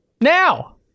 now